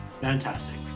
Fantastic